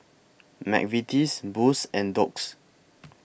Mcvitie's Boost and Doux